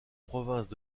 provinces